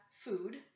food